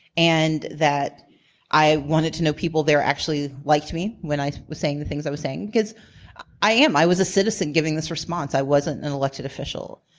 and that i wanted to know people there actually liked me when i was saying the things i was saying, because i am, i was a citizen giving this response. i wasn't an elected official.